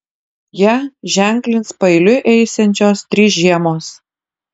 ją ženklins paeiliui eisiančios trys žiemos